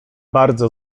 bardzo